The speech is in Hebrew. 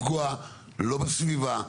בסוף אנחנו לא רוצים לפגוע בסביבה.